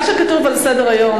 מה שכתוב על סדר-היום,